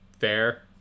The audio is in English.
fair